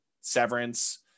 Severance